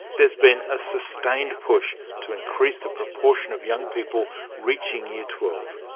there has been a sustained push to increase the proportion of young people reaching year twelve.